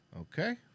Okay